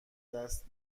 دست